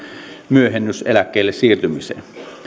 myöhennys eläkkeelle siirtymiseen